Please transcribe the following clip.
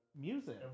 Music